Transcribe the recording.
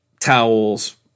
towels